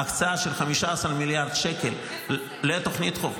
ההקצאה של 15 מיליארד שקל לתוכנית --- איפה זה?